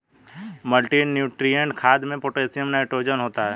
multinutrient खाद में potassium nitrogen होता है